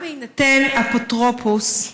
גם בהינתן אפוטרופוס,